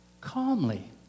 calmly